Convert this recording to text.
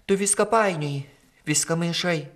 tu viską painioji viską maišai